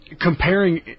comparing